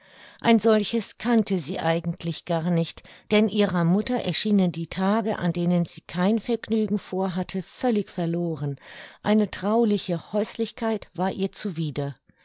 ein solches kannte sie eigentlich gar nicht denn ihrer mutter erschienen die tage an denen sie kein vergnügen vorhatte völlig verloren eine trauliche häuslichkeit war ihr zuwider